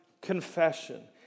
Confession